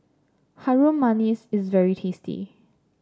Harum Manis is very tasty